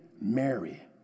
Mary